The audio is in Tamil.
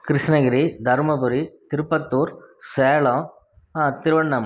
கிருஷ்ணகிரி தர்மபுரி திருப்பத்தூர் சேலம் திருவண்ணாமலை